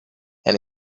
and